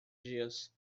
dias